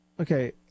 Okay